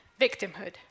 victimhood